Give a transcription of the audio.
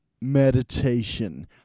meditation